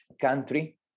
country